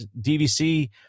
DVC